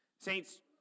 Saints